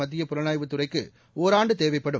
மத்தியப் புலனாய்வுத் துறைக்கு ஒராண்டு தேவைப்படும்